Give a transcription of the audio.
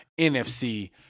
NFC